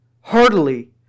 heartily